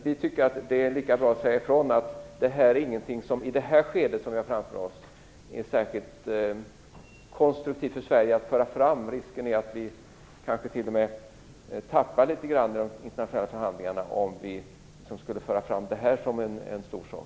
Vi tycker att det är lika bra att säga ifrån att förslaget inte är något som vi i det skede som vi har framför oss är särskilt konstruktivt för Sverige att föra fram. Risken är att vi kanske t.o.m. tappar litet grand i de internationella förhandlingarna om vi skulle föra fram detta som en stor sak.